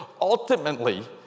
ultimately